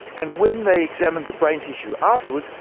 and when they examined the brain tissue afterwards,